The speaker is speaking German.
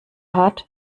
hat